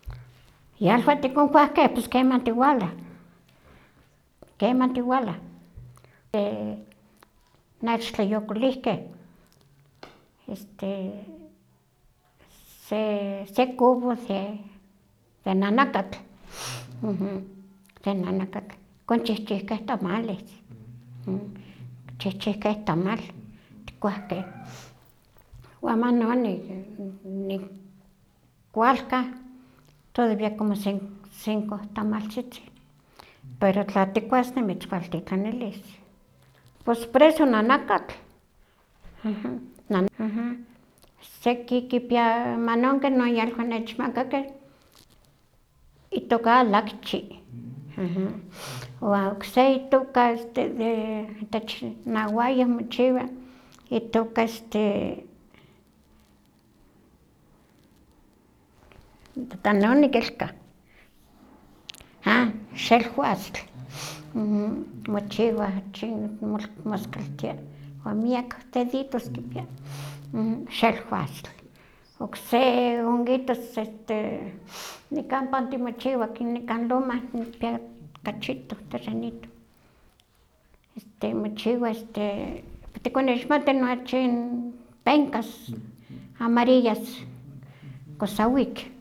Yalwa tikonkuahkeh pos keman tiwalah, keman tiwalah, nechtlayokolihkeh, ese se secubo de de nanakatl, tikonchihchikeh tamales, konchihchihkeh tamal, tikuahkeh, wan manon ni- nikwalkah, todavía como cinco tamaltzitzi, pero tla tikuas nimitzwaltitlanilis, pues por eso nanakatl, na- seki kipiah manon keh yalwa nechmakakeh itoka lakchi, wan okse itoka itech n awayoh mochiwa itoka este pano nikilkah, ah, xelwastl, mochiwa achin moskaltia, wan miak deditos kipia, xelwastl, okse honguitos este nikan panti mochiwa nikan loma nikpia kachito terrenito, este mochiwa este tikonixmati nochi penkas amarillas posawik.